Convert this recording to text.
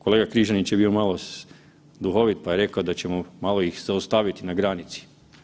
Kolega Križanić je bio malo duhovit, pa je rekao da ćemo malo ih ostaviti na granici.